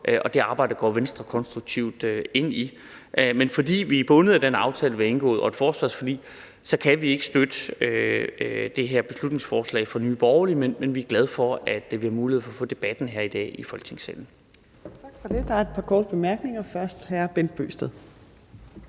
Det arbejde går Venstre konstruktivt ind i. Fordi vi er bundet af den aftale, vi har indgået, og et forsvarsforlig, så kan vi ikke støtte det her beslutningsforslag fra Nye Borgerlige, men vi er glade for, at vi har mulighed for at få debatten her i dag i Folketingssalen. Kl. 16:13 Fjerde næstformand (Trine Torp): Tak for det.